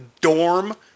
dorm